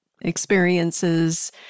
experiences